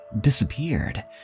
disappeared